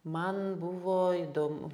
man buvo įdomu